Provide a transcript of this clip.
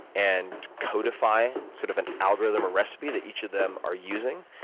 and codify sort of an algorithm or recipe that each of them are using,